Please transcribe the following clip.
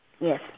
Yes